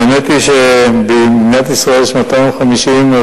האמת היא שבמדינת ישראל יש 250 רשויות.